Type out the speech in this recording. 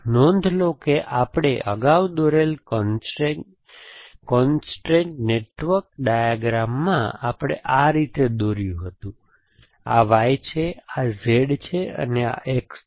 નોંધ લો કે આપણે અગાઉ દોરેલા કોન્સ્ટ્રેટ નેટવર્ક ડાયાગ્રામમાં આપણે આ રીતે દોર્યું હતું આ Y છે આ Z છે અને આ X છે